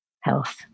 health